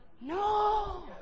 No